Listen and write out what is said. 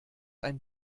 ein